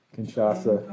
Kinshasa